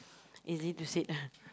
easy to said ah